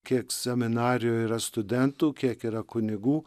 kiek seminarijoje yra studentų kiek yra kunigų